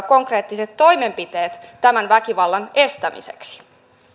konkreettiset toimenpiteet tämän väkivallan estämiseksi